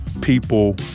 people